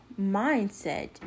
mindset